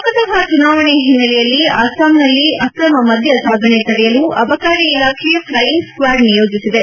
ಲೋಕಸಭಾ ಚುನವಣೆ ಹಿನ್ನೆಲೆಯಲ್ಲಿ ಅಸ್ತಾಂನಲ್ಲಿ ಆಕ್ರಮ ಮದ್ದ ಸಾಗಣೆ ತಡೆಯಲು ಅಬಕಾರಿ ಇಲಾಖೆ ಫೈಯಿಂಗ್ ಸ್ತಾಡ್ ನಿಯೋಜಿಸಿದೆ